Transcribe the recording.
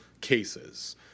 cases